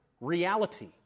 reality